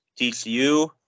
TCU